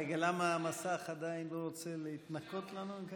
רגע, למה המסך עדיין לא רוצה להתנקות לנו?